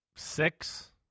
six